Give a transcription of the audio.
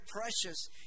precious